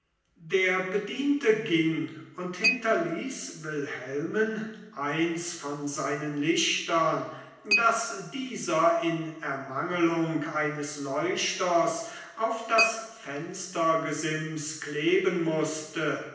der bediente ging und hinterließ wilhelmen eins von seinen lichtern das dieser in ermangelung eines leuchters auf das fenstergesims kleben mußte